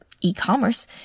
e-commerce